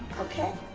okay.